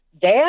dad